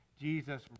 Jesus